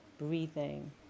breathing